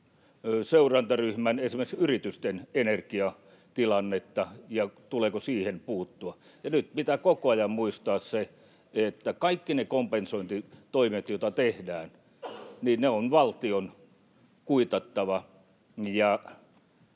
seuraamaan esimerkiksi yritysten energiatilannetta ja sitä, tuleeko siihen puuttua. Nyt pitää koko ajan muistaa se, että kaikki ne kompensointitoimet, joita tehdään, valtion on kuitattava.